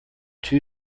two